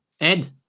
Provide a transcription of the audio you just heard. Ed